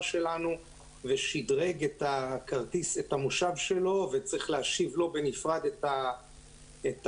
שלנו ושדרג את המושב שלו וצריך להשיב לו בנפרד את השדרוג